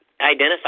Identify